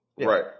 Right